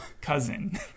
cousin